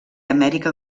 amèrica